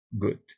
good